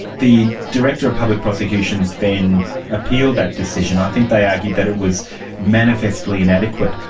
the director of public prosecutions then appealed that decision. i think they argued that it was manifestly inadequate.